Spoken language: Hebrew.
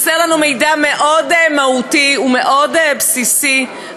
חסר לנו מידע מאוד מהותי ומאוד בסיסי,